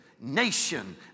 nation